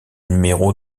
numéro